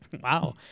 Wow